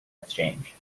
exchange